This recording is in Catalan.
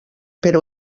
però